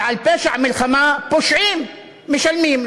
ועל פשע מלחמה פושעים משלמים,